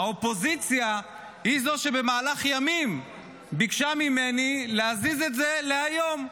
האופוזיציה היא זו שבמהלך כמה ימים ביקשה ממני להזיז את זה להיום.